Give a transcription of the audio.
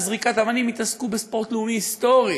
זריקת אבנים יתעסקו בספורט לאומי היסטורי